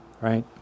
right